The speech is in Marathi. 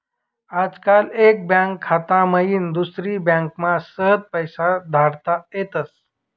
आजकाल एक बँक खाता माईन दुसरी बँकमा सहज पैसा धाडता येतस